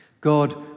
God